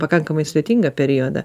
pakankamai sudėtingą periodą